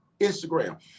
instagram